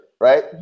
right